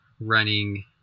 running